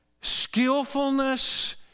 skillfulness